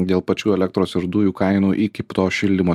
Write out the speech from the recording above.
dėl pačių elektros ir dujų kainų iki to šildymo